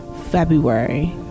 February